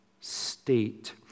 state